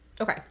Okay